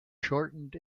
shortened